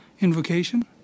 invocation